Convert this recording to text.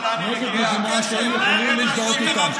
כשהם יכולים להזדהות איתם.